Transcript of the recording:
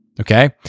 okay